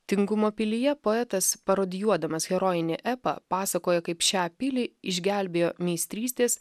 tingumo pilyje poetas parodijuodamas herojinį epą pasakoja kaip šią pilį išgelbėjo meistrystės